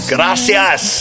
Gracias